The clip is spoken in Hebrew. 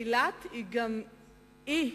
אילת היא גם אי.